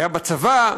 היה בצבא,